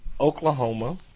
Oklahoma